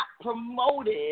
promoted